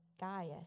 Gaius